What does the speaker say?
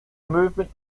movement